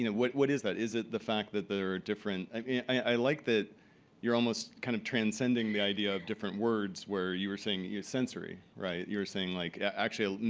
you know what what is that? is it the fact that there are different i mean i like that you're almost kind of transcending the idea of different words where you were saying sensory. right? you were saying like actually, ah